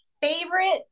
favorite